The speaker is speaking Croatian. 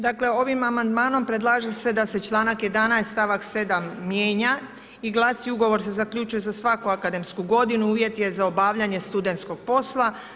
Dakle ovim amandmanom predlaže se da se čl. 11. stavak 7 mijenja i glasi ugovor se zaključuje sa svakom akademsku g. uvjet je za obavljanje studentskog posla.